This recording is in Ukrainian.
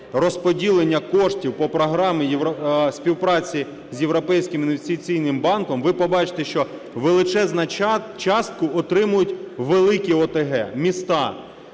розподілення коштів по програмі співпраці з Європейським інвестиційним банком, ви побачите, що величезну частку отримують великі ОТГ, міста.